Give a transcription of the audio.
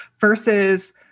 versus